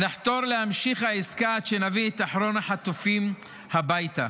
נחתור להמשך העסקה עד שנביא את אחרון החטופים הביתה.